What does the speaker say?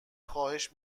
خواهش